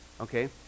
Okay